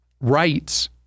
rights